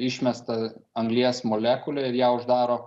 išmesta anglies molekulė ir ją uždaro